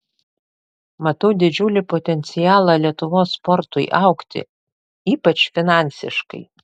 matau didžiulį potencialą lietuvos sportui augti ypač finansiškai